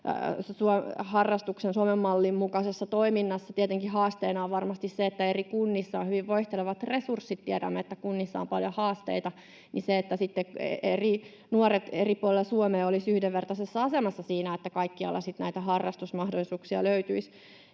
harrastamisen Suomen mallin mukaisessa toiminnassa, niin tietenkin haasteena on varmasti se, että eri kunnissa on hyvin vaihtelevat resurssit. Tiedämme, että kunnissa on paljon haasteita, ja olisi hyvä, että sitten nuoret eri puolilla Suomea olisivat yhdenvertaisessa asemassa siinä, että kaikkialla näitä harrastusmahdollisuuksia löytyisi.